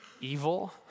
evil